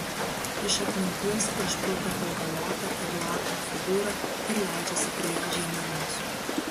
iš atminties išplaukia augalota eduardo figūra ir leidžiasi prie žeimenos